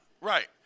Right